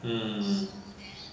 mm